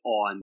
on